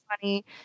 funny